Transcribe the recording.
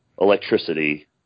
electricity